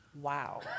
Wow